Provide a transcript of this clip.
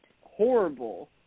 horrible